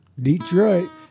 Detroit